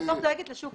אני בסוף דואגת לשוק,